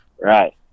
Right